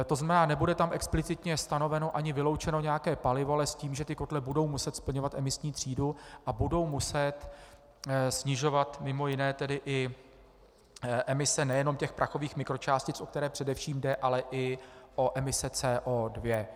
To znamená, nebude tam explicitně stanoveno ani vyloučeno nějaké palivo, ale s tím, že ty kotle budou muset splňovat emisní třídu a budou muset snižovat mimo jiné i emise nejen prachových mikročástic, o které především jde, ale i emise CO2.